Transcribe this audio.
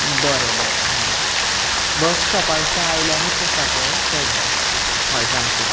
बरें बरें हय बस स्टॉपाच्या आयल्यानूच आसा पळय तें घर हय सामकें